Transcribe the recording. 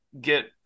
get